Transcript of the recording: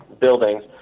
buildings